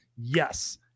yes